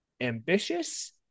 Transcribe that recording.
ambitious